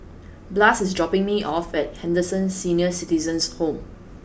Blas is dropping me off at Henderson Senior Citizens' Home